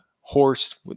horse